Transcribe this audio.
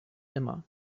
immer